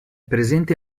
presente